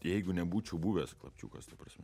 jeigu nebūčiau buvęs klapčiukas ta prasme